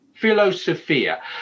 philosophia